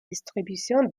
distribution